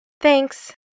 Thanks